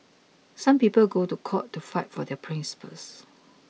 some people go to court to fight for their principles